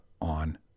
on